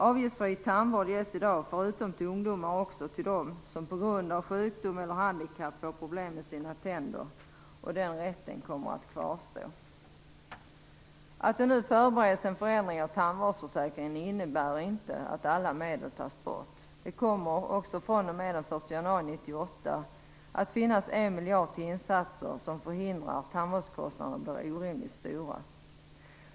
Avgiftsfri tandvård ges i dag förutom till ungdomar också till dem som på grund av sjukdom eller handikapp får problem med sina tänder. Den rätten kommer att kvarstå. Att det nu förbereds en förändring av tandvårdsförsäkringen innebär inte att alla medel tas bort. Det kommer också fr.o.m. den 1 januari 1998 att finnas en miljard till insatser som förhindrar att tandvårdskostnaderna blir orimligt stora.